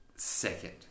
Second